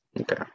Okay